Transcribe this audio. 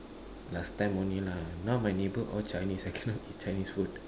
last time only lah now my neighbours all chinese I cannot eat chinese food